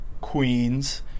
queens